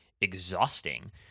exhausting